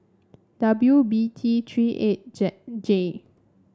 W B T Three eight J